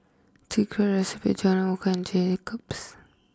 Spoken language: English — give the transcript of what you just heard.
Secret Recipe Jalan Walker and